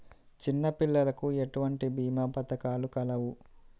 చిన్నపిల్లలకు ఎటువంటి భీమా పథకాలు కలవు?